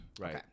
Right